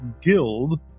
Guild